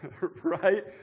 Right